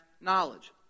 knowledge